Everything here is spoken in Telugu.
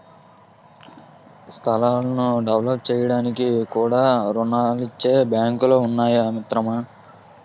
స్థలాలను డెవలప్ చేయడానికి కూడా రుణాలిచ్చే బాంకులు ఉన్నాయి మిత్రమా